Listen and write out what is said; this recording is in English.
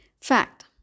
Fact